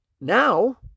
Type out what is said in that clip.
now